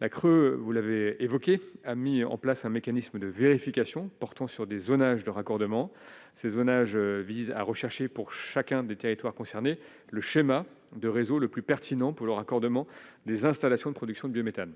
la Creuse, vous l'avez évoqué, a mis en place un mécanisme de vérification portant sur des zonages de raccordement ces zonages vise à rechercher pour chacun des territoires concernés le schéma de réseau le plus pertinent pour le raccordement des installations de production de biométhane